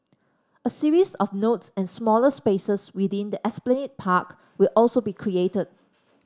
a series of nodes and smaller spaces within the Esplanade Park will also be created